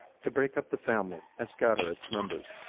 to break up the family and scatter its members.